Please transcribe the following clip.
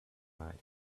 night